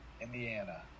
Indiana